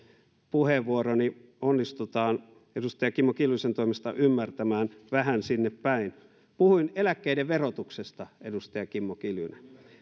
puheenvuoroni onnistutaan edustaja kimmo kiljusen toimesta ymmärtämään vähän sinne päin puhuin eläkkeiden verotuksesta edustaja kimmo kiljunen